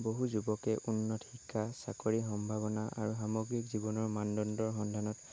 বহু যুৱকে উন্নত শিক্ষা চাকৰিৰ সম্ভাৱনা আৰু সামগ্ৰিক জীৱনৰ মানদণ্ডৰ সন্ধানত